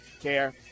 care